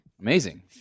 Amazing